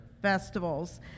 festivals